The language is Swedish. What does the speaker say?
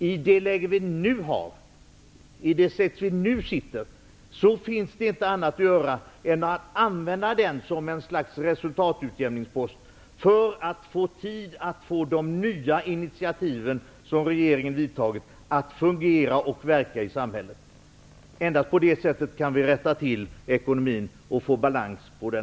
I det läge som vi nu har finns det inget annat att göra än att använda den som ett slags resultatutjämningspost i väntan på att de nya initiativ som regeringen har tagit börjar fungera och verka i samhället. Endast på det sättet kan vi rätta till ekonomin och få balans i den.